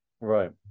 Right